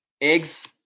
eggs